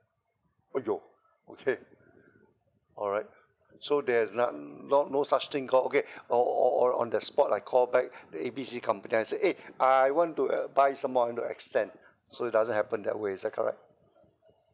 !aiyo! okay alright so there's not no no such thing called okay or or on the spot I call back the A B C company I say eh I want to uh buy some more and to extend so it doesn't happen that way is that correct